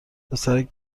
پسرک